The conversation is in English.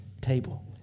table